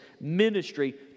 ministry